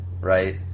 right